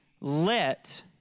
let